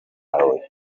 huye